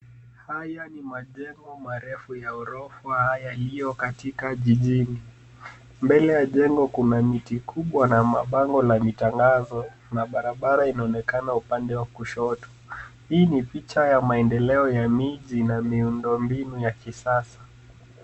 Haya ni majengo marefu ya ghorofa yaliyo katika jijini. Mbele ya jengo Kuna miti kubwa na mabango ya matangazo na barabara inaonekana upande wa kushoto. Hii ni picha ya maendeleo ya miji na miundo mbinu ya kisasa.